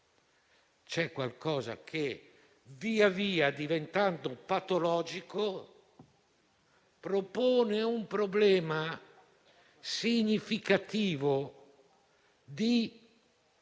c'è qualcosa che via via, diventando patologico, propone un problema significativo di